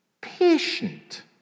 patient